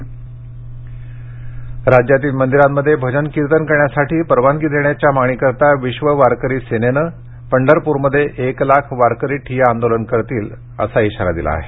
पंढरपूर राज्यातील मंदिरांमध्ये भजन कीर्तन करण्यासाठी परवानगी देण्याच्या मागणीसाठी विश्व वारकरी सेनेने आज पंढरप्रमध्ये एक लाख वारकरी ठिय्या आंदोलन करतील असा इशारा दिला आहे